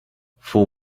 for